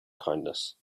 kindness